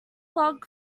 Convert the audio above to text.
log